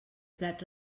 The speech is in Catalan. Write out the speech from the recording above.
plat